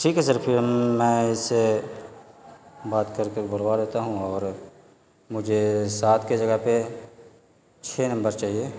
ٹھیک ہے سر پھر ہم میں اس سے بات کر کے بلوا لیتا ہوں اور مجھے سات کے جگہ پہ چھ نمبر چاہیے